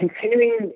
continuing